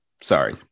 sorry